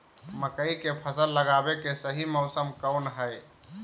मकई के फसल लगावे के सही मौसम कौन हाय?